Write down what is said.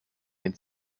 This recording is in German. den